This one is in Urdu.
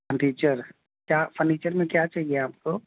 فنیچر کیا فرنیچر میں کیا چاہیے آپ کو